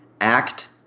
act